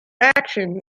action